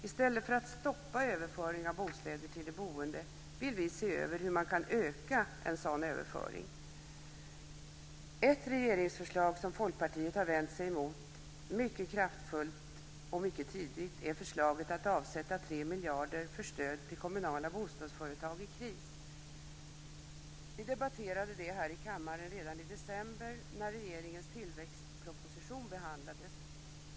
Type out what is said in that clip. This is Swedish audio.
I stället för att stoppa överföring av bostäder till de boende vill vi se över hur man kan öka en sådan överföring. Ett regeringsförslag som Folkpartiet har vänt sig mot mycket kraftfullt och tidigt är förslaget att avsätta 3 miljarder kronor för stöd till kommunala bostadsföretag i kris. Vi debatterade denna fråga i kammaren redan i december när regeringens tillväxtproposition behandlades.